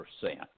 percent